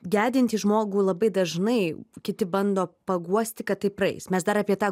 gedintį žmogų labai dažnai kiti bando paguosti kad tai praeis mes dar apie tą